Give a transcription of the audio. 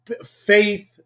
Faith